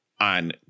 on